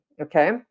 okay